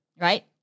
right